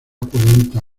cuarenta